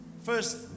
First